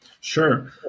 Sure